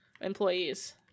employees